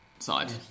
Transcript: side